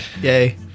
yay